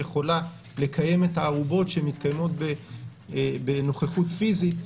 יכולה לקיים את הערובות שמתקיימות בנוכחות פיזית.